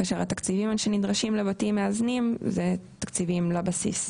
כאשר התקציבים שנדרשים לבתים מאזנים זה תקציבים לבסיס.